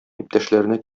иптәшләренә